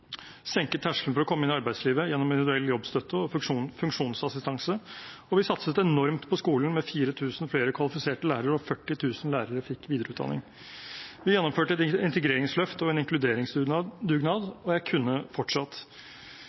senket terskelen for å komme inn i arbeidslivet gjennom individuell jobbstøtte og funksjonsassistanse, og vi satset enormt på skolen, med 4 000 flere kvalifiserte lærere, og 40 000 lærere fikk videreutdanning. Vi gjennomførte et integreringsløft og en inkluderingsdugnad – og jeg kunne fortsatt.